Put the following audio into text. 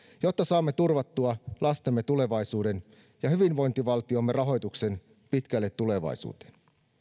jotta saamme turvattua lastemme tulevaisuuden ja hyvinvointivaltiomme rahoituksen pitkälle tulevaisuuteen